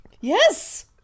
Yes